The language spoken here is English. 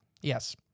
Yes